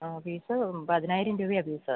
ആ ഫീസ് പതിനായിരം രൂപയാണ് ഫീസ്